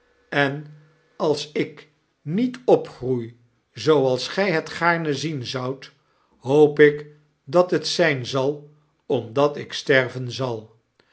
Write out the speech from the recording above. en als ik niet opgroei zooals gij het gaarne zien zoudt hoop ik dat het zyn zal omdat ik sterven zal